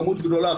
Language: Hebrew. כמות גדולה,